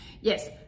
Yes